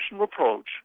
approach